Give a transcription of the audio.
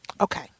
Okay